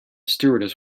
stewardess